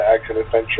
action-adventure